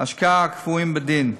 השקעה הקבועים בדין.